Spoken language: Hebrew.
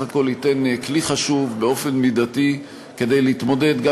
הכול ייתן כלי חשוב באופן מידתי כדי להתמודד גם